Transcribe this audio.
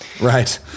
Right